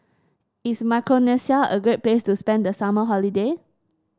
is Micronesia a great place to spend the summer holiday